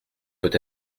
peut